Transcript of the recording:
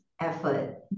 effort